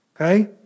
Okay